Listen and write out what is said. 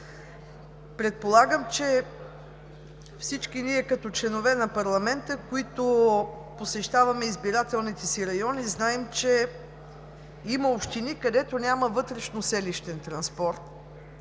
Предполагам, че всички ние като членове на парламента, които посещаваме избирателните си райони, знаем, че има общини, където няма вътрешно селищен транспорт